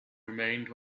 remained